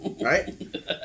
Right